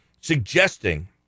suggesting